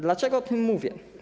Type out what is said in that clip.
Dlaczego o tym mówię?